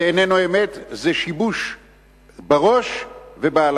זה איננו אמת, זה שיבוש בראש ובהלכה.